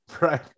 right